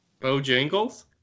Bojangles